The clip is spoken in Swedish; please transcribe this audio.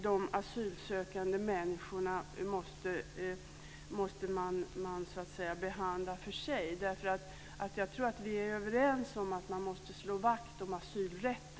De asylsökande måste behandlas för sig. Jag tror att vi är överens om att man måste slå vakt om asylrätten.